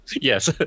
Yes